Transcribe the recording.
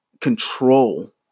control